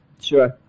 Sure